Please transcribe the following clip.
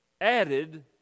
added